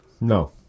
No